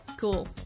cool